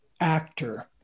actor